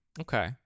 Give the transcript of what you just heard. Okay